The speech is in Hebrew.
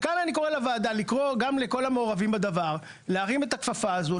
וכאן אני קורא לוועדה לקרוא גם לכל המעורבים בדבר להרים את הכפפה הזו,